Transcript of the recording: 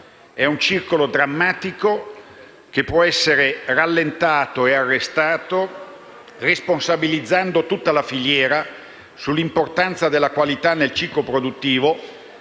È un circolo drammatico che può essere rallentato e arrestato responsabilizzando tutta la filiera sull'importanza della qualità nel ciclo produttivo